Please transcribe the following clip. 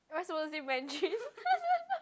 am I supposed to say Mandarin